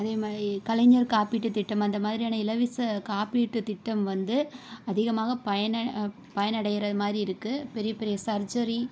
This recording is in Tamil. அதே மாதிரி கலைஞர் காப்பீட்டுத் திட்டம் அந்த மாதிரியான இலவசக் காப்பீட்டுத் திட்டம் வந்து அதிகமாக பயன பயனடைகிற மாதிரி இருக்குது பெரிய பெரிய சர்ஜரி